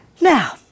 Now